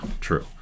true